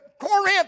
Corinth